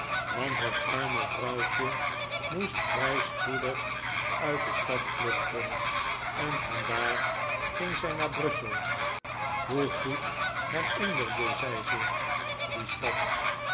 want het arme vrouwtje moest vrij plotseling uit de stad vluchten en vandaar ging zij naar brussel hoe goed herinnerde zij zich die stad